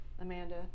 Amanda